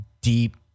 deep